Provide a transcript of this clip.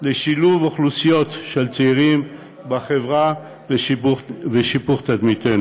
לשילוב אוכלוסיות של צעירים בחברה ושיפור תדמיתנו.